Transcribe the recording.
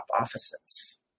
offices